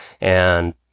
And-